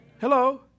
Hello